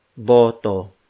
BOTO